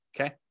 okay